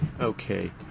Okay